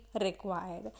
required